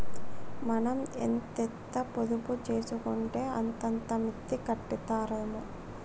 మనం ఎంతెంత పొదుపు జేసుకుంటే అంతంత మిత్తి కట్టిత్తరాయె